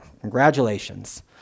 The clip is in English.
Congratulations